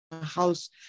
house